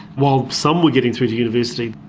while some were getting through to university,